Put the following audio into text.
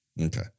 Okay